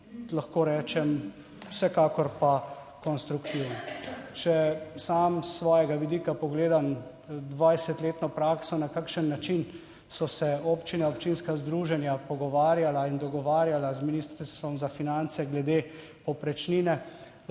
lahko rečem, vsekakor pa konstruktiven. Če sam s svojega vidika pogledam 20-letno prakso, na kakšen način so se občine, občinska združenja pogovarjala in dogovarjala z Ministrstvom za finance glede povprečnine,